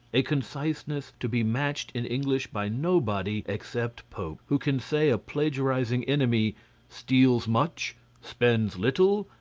a conciseness to be matched in english by nobody except pope, who can say a plagiarizing enemy steals much, spends little,